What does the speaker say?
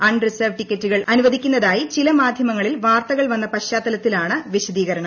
അൺ reserved ടിക്കറ്റുകൾ അനുവദിക്കുന്നതായി ചില മാധ്യമങ്ങളിൽ വാർത്തകൾ വന്ന പശ്ചാത്തലത്തിലാണ് വിശദീകരണം